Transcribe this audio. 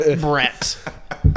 Brett